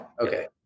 Okay